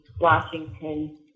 Washington